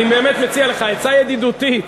אני באמת מציע לך, עצה ידידותית,